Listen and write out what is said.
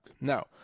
Now